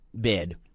bid